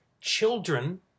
children